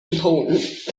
important